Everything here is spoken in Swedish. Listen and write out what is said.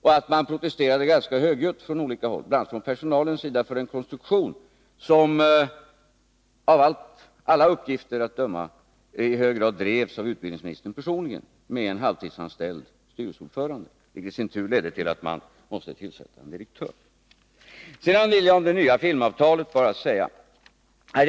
Dessutom protesterade man från olika håll, bl.a. från personalens sida, ganska högljutt mot den konstruktion med en halvtidsanställd styrelseordförande som, av alla uppgifter att döma, i hög grad drevs fram av utbildningsministern personligen. Denna lösning ledde i sin tur till att man måste tillsätta en direktör. Om det nya filmavtalet vill jag bara säga följande.